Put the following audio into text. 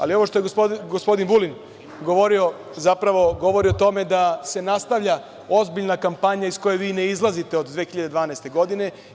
Ali, ono što je gospodin Vulin govorio zapravo govori o tome da se nastavlja ozbiljna kampanja iz koje vi ne izlazite od 2012. godine.